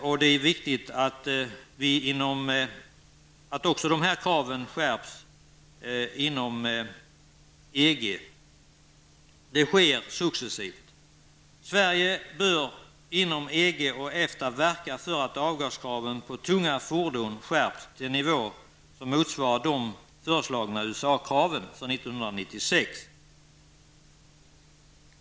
Och det är viktigt att också dessa krav skärps inom EG, vilket sker successivt. Sverige bör inom EG och EFTA verka för att avgaskraven på tunga vägfordon skärps till en nivå som motsvarar de föreslagna USA-kraven för 1996.